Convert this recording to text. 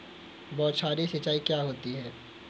बौछारी सिंचाई क्या होती है?